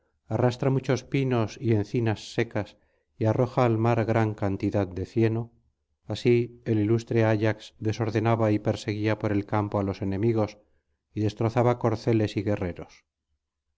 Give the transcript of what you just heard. arrastra muchos pinos y encinas secas y arroja al mar gran cantidad de cieno así el ilustre ayax desordenaba y perseguía por el campo á los enemigos y destrozaba corceles y guerreros